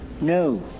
No